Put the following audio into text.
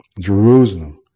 Jerusalem